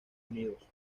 unidos